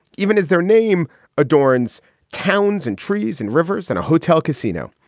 even as their name adorns towns and trees and rivers and a hotel casino.